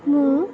ମୁଁ